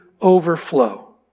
overflow